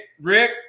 Rick